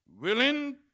Willing